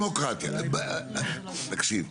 דמוקרטיה תקשיב.